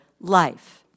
life